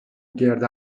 گرد